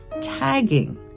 tagging